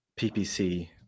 PPC